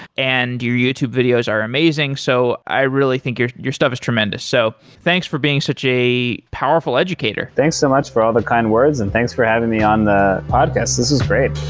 and your youtube videos are amazing, so i really think your stuff stuff is tremendous. so thanks for being such a powerful educator thanks so much for all the kind words and thanks for having me on the podcast. this is great